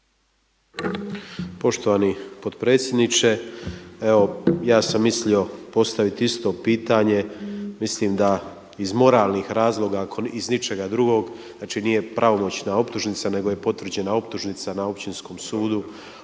Poštovani potpredsjedniče. Evo ja sam mislio postaviti isto pitanje. Mislim da iz moralnih razloga ako iz ničega drugog, znači nije pravomoćna optužnica nego je potvrđena optužnica na općinskom sudu